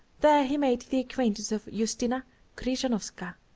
there he made the acquaintance of justina krzyzanowska,